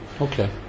Okay